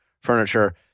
furniture